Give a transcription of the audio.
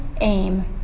aim